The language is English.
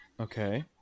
Okay